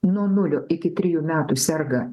nuo nulio iki trijų metų serga